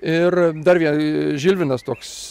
ir dar vie žilvinas toks